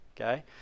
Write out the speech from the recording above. okay